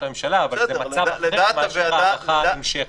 הממשלה אבל זה מצב אחר מאשר הארכה נמשכת.